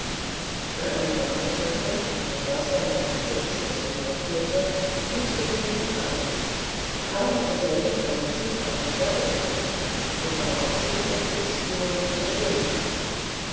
an einer marmortreppe die vom wasser nach dem lustschloß hinaufführte hielt der delphin an und kaum hatte said einen fuß auf die treppe gesetzt so war auch schon der fisch spurlos verschwunden